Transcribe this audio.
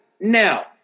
now